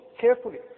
carefully